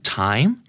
time